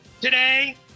today